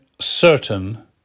certain